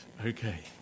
Okay